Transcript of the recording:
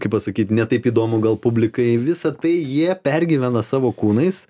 kaip pasakyt ne taip įdomu gal publikai visa tai jie pergyvena savo kūnais